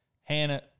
Hannah